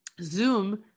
Zoom